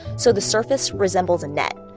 so the surface resembles a net.